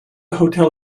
hotel